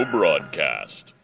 Broadcast